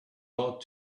ought